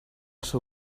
seu